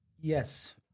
Yes